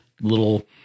little